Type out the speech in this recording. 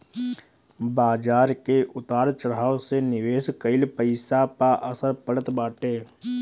बाजार के उतार चढ़ाव से निवेश कईल पईसा पअ असर पड़त बाटे